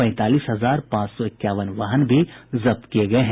पैंतालीस हजार पांच सौ इक्यावन वाहन भी जब्त किये गये हैं